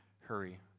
hurry